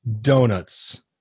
donuts